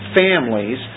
families